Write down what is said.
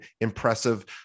impressive